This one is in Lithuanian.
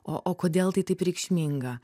o o kodėl tai taip reikšminga